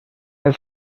els